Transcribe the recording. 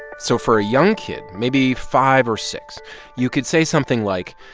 so for a young kid maybe five or six you could say something like,